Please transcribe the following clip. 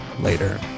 Later